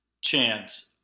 chance